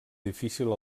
difícil